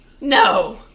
No